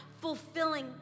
fulfilling